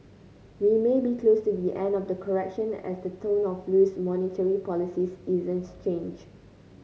we may be close to the end of the correction as the tone of loose monetary policies isn't change